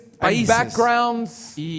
backgrounds